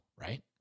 right